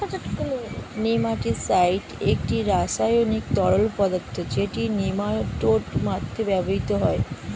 nematicide একটি রাসায়নিক তরল পদার্থ যেটি নেমাটোড মারতে ব্যবহৃত হয়